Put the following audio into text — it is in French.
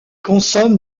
consomme